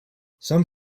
some